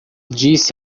disse